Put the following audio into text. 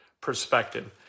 perspective